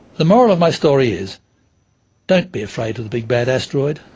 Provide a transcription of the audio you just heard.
the moral of my story is don't be afraid of the big, bad asteroid'.